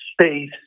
space